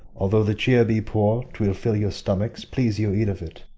although the cheer be poor, twill fill your stomachs please you eat of it.